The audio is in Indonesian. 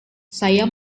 saya